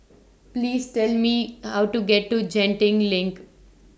Please Tell Me How to get to Genting LINK